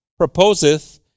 proposeth